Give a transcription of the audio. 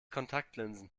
kontaktlinsen